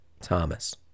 Thomas